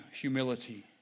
humility